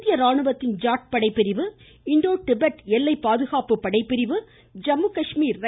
இந்திய ராணுவத்தின் ஜாட் படைப்பிரிவு இந்தோ திபெத் எல்லை பாதுகாப்பு படைபிரிவு ஜம்மு காஷ்மீர் ரை